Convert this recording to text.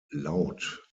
laut